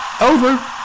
Over